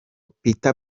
peter